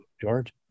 george